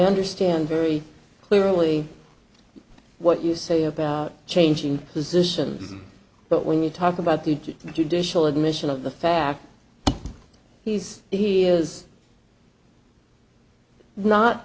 understand very clearly what you say about changing position but when you talk about the to the judicial admission of the fact he's he is not